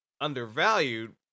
undervalued